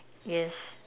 yes